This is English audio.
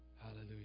Hallelujah